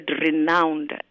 renowned